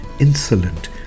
insolent